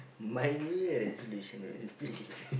my New Year resolution will be